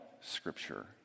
Scripture